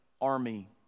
army